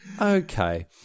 Okay